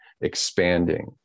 expanding